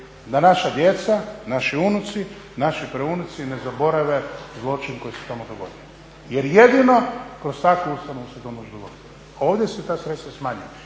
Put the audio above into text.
da naša djeca, naši unuci, naši praunuci ne zaborave zločin koji se tamo dogodio jer jedino kroz takvu ustanovu se to može dogoditi. Ovdje se ta sredstva smanjuju.